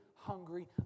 Hungry